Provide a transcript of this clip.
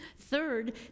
Third